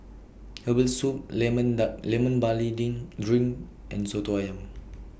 Herbal Soup Lemon Barley Ding Drink and Soto Ayam